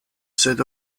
set